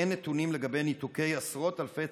אין נתונים לגבי ניתוקי עשרות אלפי